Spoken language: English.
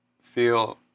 feel